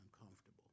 uncomfortable